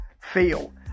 feel